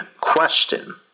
question